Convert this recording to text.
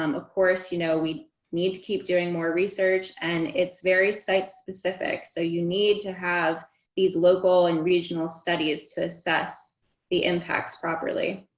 um of course, you know we need to keep doing more research, and it's very site specific, so you need to have these local and regional studies to assess the impacts properly.